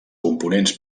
components